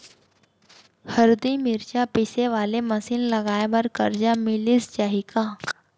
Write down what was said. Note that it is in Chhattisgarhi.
हरदी, मिरचा पीसे वाले मशीन लगाए बर करजा मिलिस जाही का?